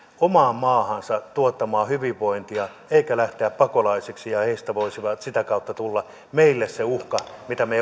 omaan maahansa tuottamaan hyvinvointia etteivät he lähde pakolaisiksi jolloin heistä voisi sitä kautta tulla meille se uhka mitä me